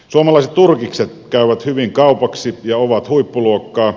suomalaiset turkikset käyvät hyvin kaupaksi ja ovat huippuluokkaa